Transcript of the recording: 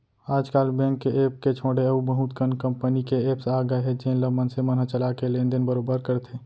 आज काल बेंक के ऐप के छोड़े अउ बहुत कन कंपनी के एप्स आ गए हे जेन ल मनसे मन ह चला के लेन देन बरोबर करथे